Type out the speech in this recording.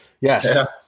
Yes